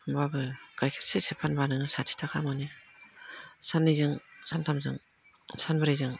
होनबाबो गाइखेर सेरसे फानबा नोङो साथिथाखा मोनो साननैजों सानथामजों सानब्रैजों